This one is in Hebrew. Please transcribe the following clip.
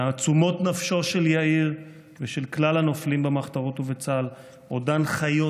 תעצומות נפשו של יאיר ושל כלל הנופלים במחתרות ובצה"ל עודן חיות,